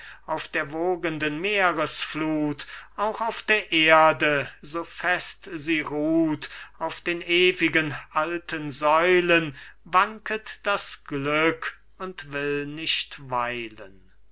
auf der wogenden meeresfluth auch auf der erde so fest sie ruht auf den ewigen alten säulen wanket das glück und will nicht weilen